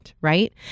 right